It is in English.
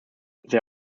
there